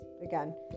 again